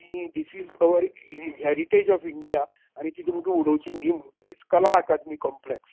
की this is our heritage of India आनी ती तुमका उडोवची नी म्हणून that is Kala Akademi complex